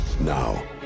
Now